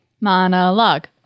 Monologue